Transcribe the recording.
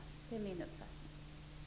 Det är min uppfattning.